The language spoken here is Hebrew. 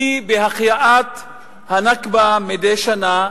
כי בציון יום ה"נכבה" מדי שנה,